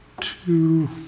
Two